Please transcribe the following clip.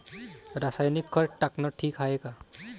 रासायनिक खत टाकनं ठीक हाये का?